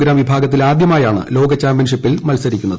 gram വിഭാഗത്തിൽ ആദ്യമായാണ് ലോകചാമ്പ്യൻഷ്ടിപ്പിൽ ്മത്സരിക്കുന്നത്